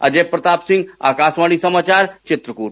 अजय प्रताप सिंह आकाशवाणी समाचार चित्रकूट